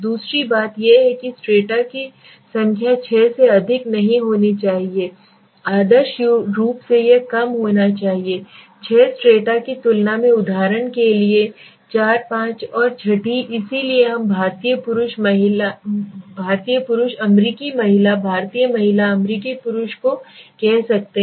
दूसरी बात यह है कि स्ट्रैटा की संख्या छह से अधिक नहीं होनी चाहिए आदर्श रूप से यह कम होनी चाहिए छह स्ट्रैटा की तुलना में उदाहरण के लिए चार पाँच और छठी इसलिए हम भारतीय पुरुष अमेरिकी महिला भारतीय महिला अमेरिकी पुरुष को कह सकते हैं